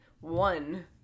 one